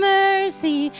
mercy